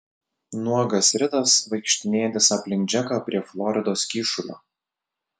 nuogas ridas vaikštinėjantis aplink džeką prie floridos kyšulio